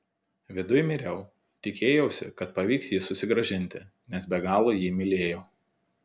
viduj miriau tikėjausi kad pavyks jį susigrąžinti nes be galo jį mylėjau